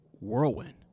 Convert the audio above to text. whirlwind